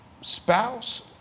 spouse